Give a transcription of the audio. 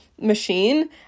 machine